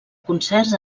concerts